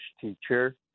teacher